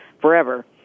forever